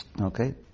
Okay